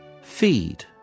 Feed